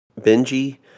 Benji